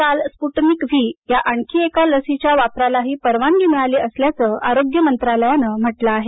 काल Sputnik V या आणखी एका लसीच्या वापरालाही परवानगी मिळाली असल्याचं आरोग्य मंत्रालयानं म्हटलं आहे